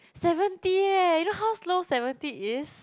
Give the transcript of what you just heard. seventy eh you know how slow seventy is